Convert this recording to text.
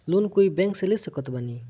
Loan कोई bank से ले सकत बानी?